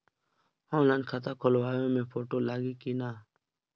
Online खाता खोलबाबे मे फोटो लागि कि ना?